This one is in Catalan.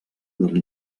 del